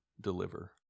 deliver